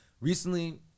recently